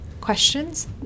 questions